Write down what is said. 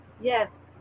Yes